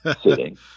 sitting